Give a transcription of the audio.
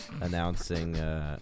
Announcing